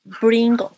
bring